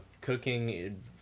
cooking